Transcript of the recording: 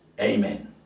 Amen